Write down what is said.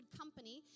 company